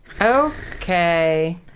Okay